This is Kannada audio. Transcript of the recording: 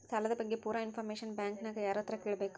ಸಾಲದ ಬಗ್ಗೆ ಪೂರ ಇಂಫಾರ್ಮೇಷನ ಬ್ಯಾಂಕಿನ್ಯಾಗ ಯಾರತ್ರ ಕೇಳಬೇಕು?